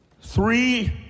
three